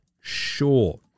sure